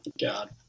God